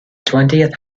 twentieth